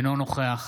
אינו נוכח